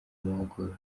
mahugurwa